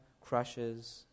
crushes